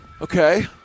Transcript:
Okay